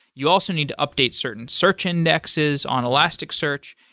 you also need to update certain search indexes on elastic search,